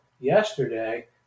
yesterday